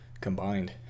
combined